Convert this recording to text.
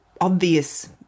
obvious